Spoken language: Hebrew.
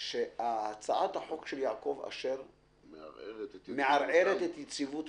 שהצעת החוק של יעקב אשר מערערת את יציבות